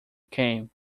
came